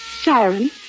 Siren